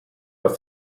alla